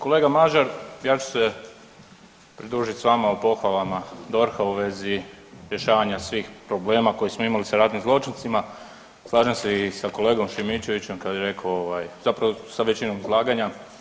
Kolega Mažar, ja ću se pridružit vama u pohvalama DORH-a u vezi rješavanja svih problema koje smo imali sa ratnim zločincima, slažem se i sa kolegom Šimičevićem kad je rekao zapravo sa većinom izlaganja.